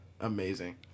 Amazing